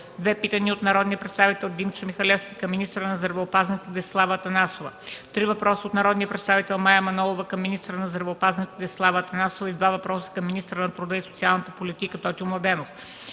две питания от народния представител Димчо Михалевски към министъра на здравеопазването Десислава Атанасова; - три въпроса от народния представител Мая Манолова към министъра на здравеопазването Десислава Атанасова и два въпроса към министъра на труда и социалната политика Тотю Младенов;